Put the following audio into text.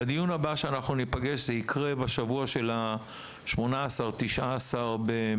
הדיון הבא שאנחנו ניפגש בו זה יקרה בשבוע של ה-18-19 ביוני,